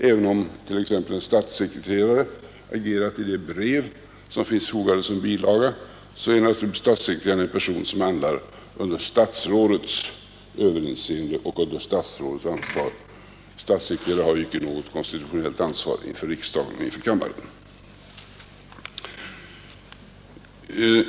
— Även om t.ex. en statssekreterare agerat i de brev som finns fogade som Granskning av bilaga, så är givetvis statssekreteraren en person som handlar under statsrådens statsrådets överinseende och ansvar. Statssekreterare har icke något ämbetsutövning m.m. konstitutionellt ansvar inför riksdagen och inför kammaren.